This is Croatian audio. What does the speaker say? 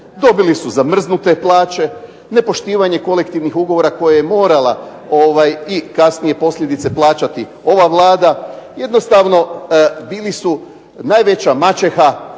dobili su zamrznute plaće, dobili su nepoštivanje kolektivnih ugovora koje je morala kasnije posljedice plaćati ova vlada, jednostavno bili su veća maćeha